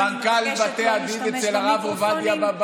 אני מבקשת שלא להשתמש במיקרופונים.